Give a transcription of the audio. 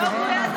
את רואה.